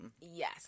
yes